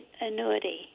annuity